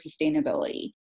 sustainability